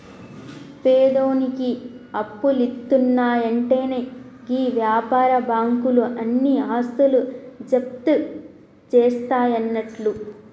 పేదోనికి అప్పులిత్తున్నయంటెనే గీ వ్యాపార బాకుంలు ఆని ఆస్తులు జప్తుజేస్తయన్నట్లు